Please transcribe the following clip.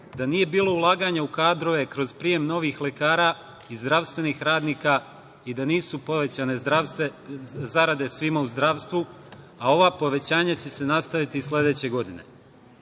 da nije bilo ulaganja u kadrove kroz prijem novih lekara i zdravstvenih radnika i da nisu povećane zarade svima u zdravstvu, a ova povećanja će se nastaviti i sledeće godine.